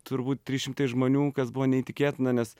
turbūt trys šimtai žmonių kas buvo neįtikėtina nes